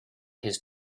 his